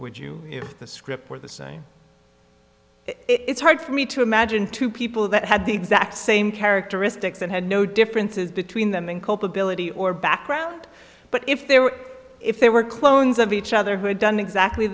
would you the script for the same it's hard for me to imagine two people that had the exact same characteristics and had no differences between them and culpability or background but if they were if they were clones of each other who had done exactly